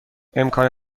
امکان